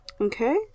Okay